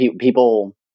people